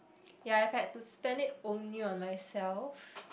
ya if I had to spend it only on myself